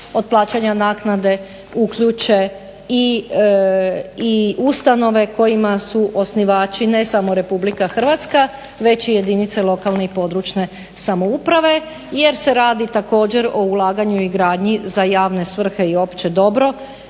od plaćanja naknade uključe i ustanove kojima su osnivači ne samo Republika Hrvatska, već i jedinice lokalne i područne samouprave jer se radi također o ulaganju i gradnji za javne svrhe i opće dobro